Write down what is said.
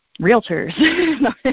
realtors